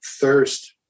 thirst